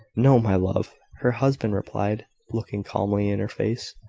no, my love, her husband replied, looking calmly in her face.